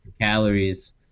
calories